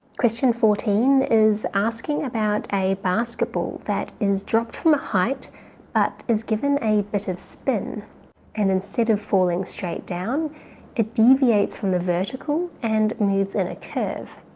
question fourteen is asking about a basketball that is dropped from a height but is given a bit of spin and instead of falling straight down it deviates from the vertical and moves in a curve.